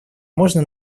можно